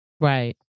Right